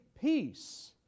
peace